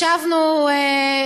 ישבנו,